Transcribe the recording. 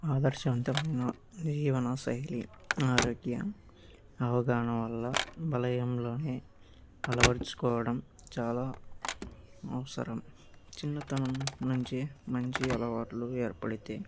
ఆదర్శవంతమైన జీవన శైలి ఆరోగ్య అవగాహన వల్ల వలయంలో అలవర్చుకోవడం చాలా అవసరం చిన్నతనం నుంచి మంచి అలవాట్లు ఏర్పడితే